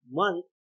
month